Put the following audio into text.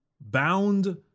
bound